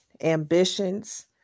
ambitions